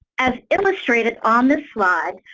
as illustrated on this slide,